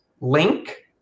link